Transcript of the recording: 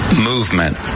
movement